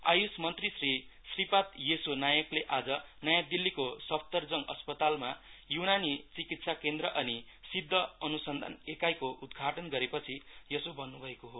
आयुष मन्त्री श्री श्रीपाद येसो नायकले आज नयाँ दिल्लीको सफदरजङ अस्पतालमा युनानी चिकित्सा केन्द्र अनि सिद्धा अनुसन्धान एकाईको उद्घाटन गरेपछि यसो भन्नुभएको हो